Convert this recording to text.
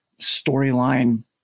storyline